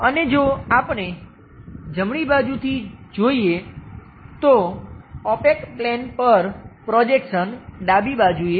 અને જો આપણે જમણી બાજુથી જોઈએ તો ઓપેક પ્લેન પર પ્રોજેક્શન ડાબી બાજુએ આવે